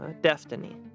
Destiny